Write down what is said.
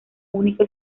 único